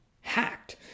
hacked